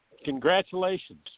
Congratulations